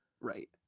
Right